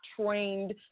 trained